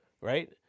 right